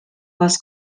was